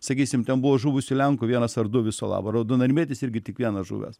sakysim ten buvo žuvusių lenkų vienas ar du viso labo raudonarmietis irgi tik vienas žuvęs